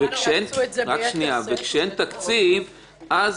וכשאין תקציב אז